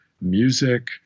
music